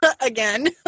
again